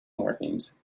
morphemes